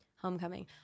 Homecoming